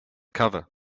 cover